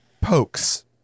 pokes